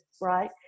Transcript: right